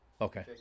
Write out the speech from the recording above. Okay